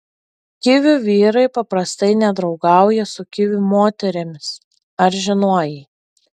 kivių vyrai paprastai nedraugauja su kivių moterimis ar žinojai